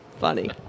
funny